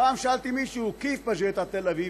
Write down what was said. פעם שאלתי מישהו: כיף באג'ית אל תל אביב?